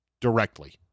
directly